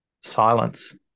Silence